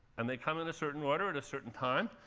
and they come in a certain order, at a certain time.